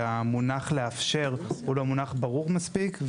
שהמונח "לאפשר" הוא לא מונח ברור מספיק.